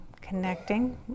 connecting